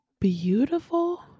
beautiful